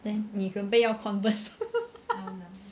then 你准备要 convert